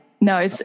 No